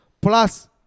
plus